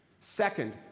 Second